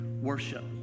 worship